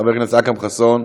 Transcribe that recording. חבר הכנסת אכרם חסון,